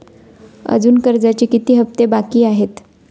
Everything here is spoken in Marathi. अजुन कर्जाचे किती हप्ते बाकी आहेत?